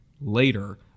later